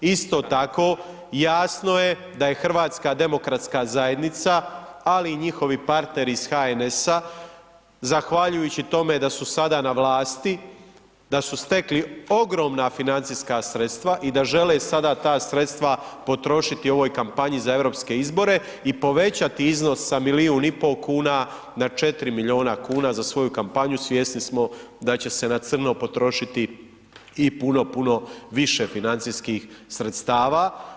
Isto tako, jasno je da je HDZ, ali i njihovi partneri iz HNS-a zahvaljujući tome da su sada na vlasti, da su stekli ogromna financijska sredstva i da žele sada ta sredstva potrošiti u ovoj kampanji za europske izbore i povećati iznos sa milijun i pol kuna na 4 milijuna kuna za svoju kampanju, svjesni smo da će se na crno potrošiti i puno, puno više financijskih sredstava.